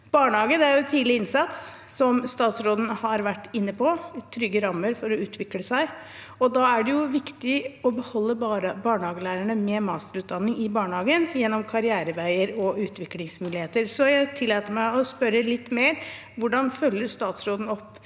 Barnehagen er tidlig innsats, som statsråden har vært inne på, og trygge rammer for å utvikle seg, og da er det viktig å beholde barnehagelærerne med masterutdanning i barnehagene, gjennom karriereveier og utviklingsmuligheter. Så jeg tillater meg å spørre litt mer: Hvordan følger statsråden opp